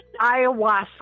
ayahuasca